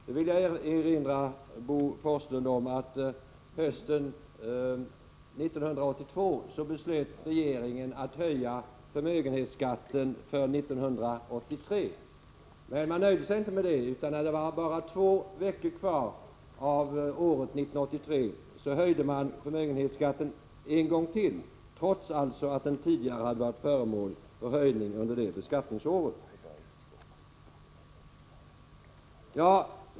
Då vill jag erinra Bo Forslund om att regeringen hösten 1982 beslöt att höja förmögenhetsskatten för 1983. Men man nöjde sig inte med det, utan när det var bara två veckor kvar av året 1983 höjde man förmögenhetsskatten en gång till, trots att den tidigare hade varit föremål för höjning under det beskattningsåret.